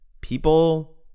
People